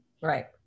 Right